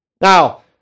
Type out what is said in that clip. Now